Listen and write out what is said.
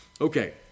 Okay